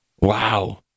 wow